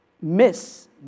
miss